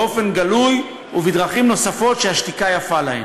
באופן גלוי ובדרכים נוספות שהשתיקה יפה להן.